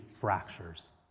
fractures